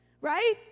right